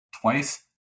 twice